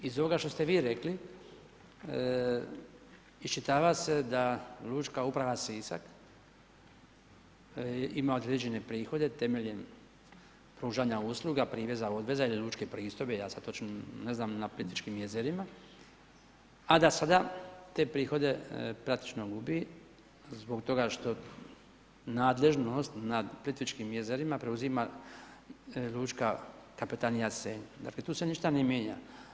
Iz ovog što ste vi rekli, iščitava se da lučka uprava Sisak, ima određene prihode temeljem pružanja usluga … ili lučke pristojbe, ja sad ne znam točno na Plitvičkim jezerima, a da sada te prihode praktično gubi, zbog toga što nadležnost nad Plitvičkim jezerima preuzima lučka kapetanija Senj, dakle, tu se ništa ne mijenja.